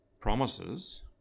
promises